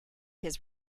his